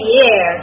Year